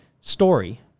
story